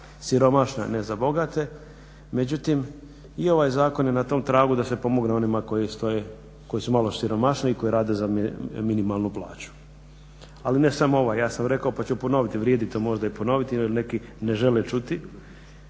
siromašne, a ne za bogate međutim i ovaj zakon je na tom tragu da se pomogne onima koji su malo siromašniji koji rade za minimalnu plaću. Ali ne samo ovaj ja sam rekao pa ću ponoviti, vrijedi to možda i ponoviti jel neki ne žele čuti,